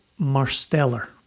Marsteller